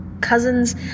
cousins